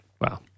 Wow